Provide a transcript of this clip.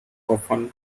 often